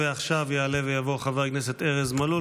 ועכשיו יעלה ויבוא חבר הכנסת ארז מלול.